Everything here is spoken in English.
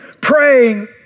praying